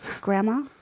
Grandma